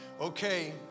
Okay